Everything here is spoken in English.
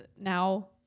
now